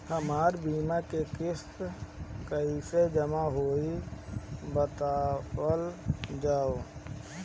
हमर बीमा के किस्त कइसे जमा होई बतावल जाओ?